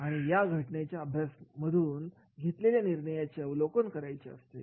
आणि या घटनेच्या अभ्यासामधून घेतलेल्या निर्णयाचे अवलोकन करायचे असते